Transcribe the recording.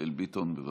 מיכאל ביטון, בבקשה.